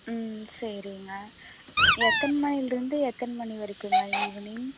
ம் சரிங்க எத்தனை மணிலேருந்து எத்தனை மணி வரைக்குங்க ஈவினிங்